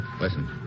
Listen